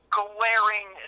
glaring